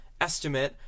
estimate